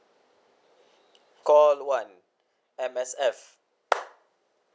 call one M_S_F